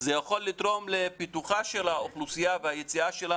זה יכול לתרום לפיתוחה של האוכלוסייה וליציאה שלה